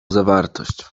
zawartość